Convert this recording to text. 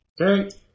Okay